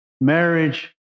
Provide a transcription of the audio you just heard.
marriage